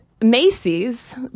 Macy's